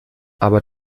aber